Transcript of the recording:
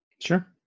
Sure